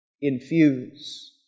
infuse